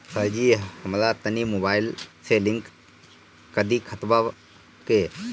सरजी हमरा तनी मोबाइल से लिंक कदी खतबा के